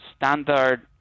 standard